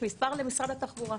למשרד התחבורה.